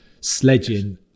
sledging